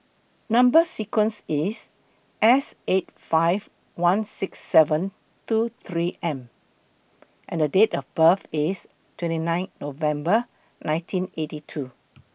Number sequence IS S eight five one six seven two three M and Date of birth IS twenty nine November nineteen eighty two